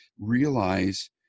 realize